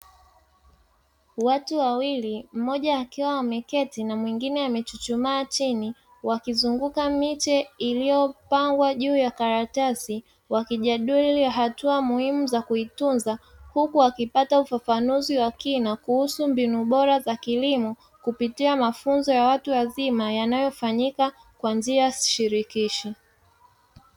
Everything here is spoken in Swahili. Watu wawili, mmoja akiwa ameketi na mwingine amechuchumaa cini, wakizunguka miche iliyopangwa juu ya karatasi wakijadili hatua muhimu za kuitunza, huku wakipata ufafanuzi wa kina kuhusu mbinu bora za kilimo kupitia mafunzo ya watu wazima yanayofanyika kwa njia shirikishi.